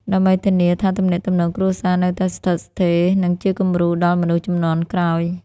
ដើម្បីធានាថាទំនាក់ទំនងគ្រួសារនៅតែស្ថិតស្ថេរ និងជាគំរូដល់មនុស្សជំនាន់ក្រោយ។